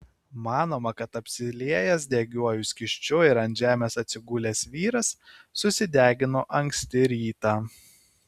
manoma kad apsiliejęs degiuoju skysčiu ir ant žemės atsigulęs vyras susidegino anksti rytą